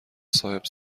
صاحب